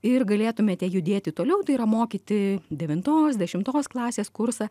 ir galėtumėte judėti toliau tai yra mokyti devintos dešimtos klasės kursą